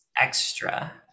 extra